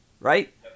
right